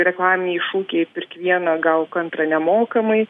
reklaminiai šūkiai pirk vieną gauk antrą nemokamai